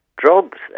drugs